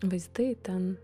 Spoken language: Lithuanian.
vaizdai ten